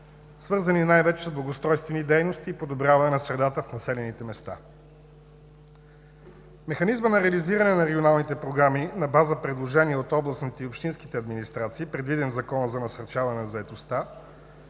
свързани най-вече с благоустройствени дейности и подобряване на средата в населените места. Механизмът на реализиране на регионалните програми на база предложния от областните и общинските администрации, предвиден в Закона за насърчаване на заетостта,